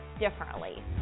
differently